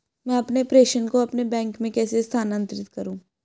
मैं अपने प्रेषण को अपने बैंक में कैसे स्थानांतरित करूँ?